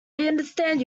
understand